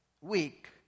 weak